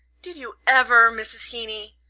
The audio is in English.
did you ever, mrs heeny?